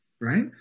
right